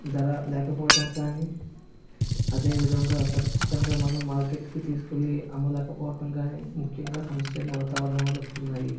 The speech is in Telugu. ధర లేకపోవటం కానీ అదేవిధంగా సురక్షితంగా మనం మార్కెట్కి తీసుకువెళ్ళి అమ్మలేకపోవటం కానీ ముఖ్యంగా సమస్యలు వాతావరణం వల్ల వస్తున్నాయి